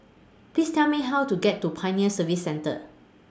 Please Tell Me How to get to Pioneer Service Centre